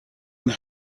and